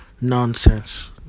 nonsense